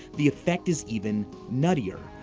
the effect is even nuttier.